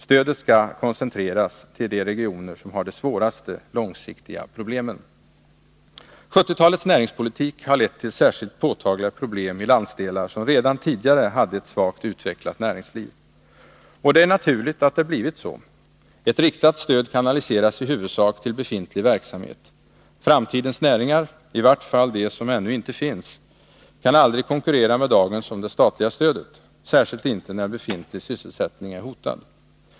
Stödet skall koncentreras till de regioner som har de svåraste långsiktiga problemen. 1970-talets näringspolitik har lett till särskilt påtagliga problem i landsdelar som redan tidigare hade ett svagt utvecklat näringsliv. Det är naturligt att det blivit så. Ett riktat stöd kanaliseras i huvudsak till befintlig verksamhet. Framtidens näringar — i vart fall de som ännu inte finns — kan aldrig konkurrera med dagens om det statliga stödet, särskilt inte när befintlig sysselsättning är hotad.